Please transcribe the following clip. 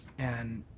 and